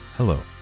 Hello